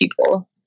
people